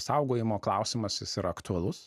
saugojimo klausimas jis yra aktualus